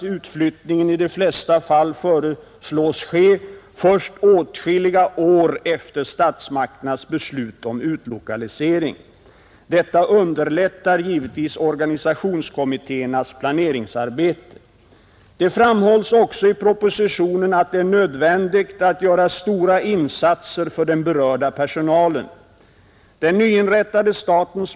I svaret görs faktiskt inte gällande att vare sig utredningen eller regeringen berett personalen inflytande på planeringsoch utredningsarbetet för utflyttningen eller att samma organ haft något samråd med berörd personal och verksledning, krav som utskottet anger som centrala för att bl.a. skapa en positiv attityd hos personalen. Vad för slags attityd hos denna som regeringen lyckats skapa genom sitt sätt att demonstrera företagsdemokrati i det här sammanhanget behöver jag icke upplysa om här — det är alltför väl bekant.